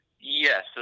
Yes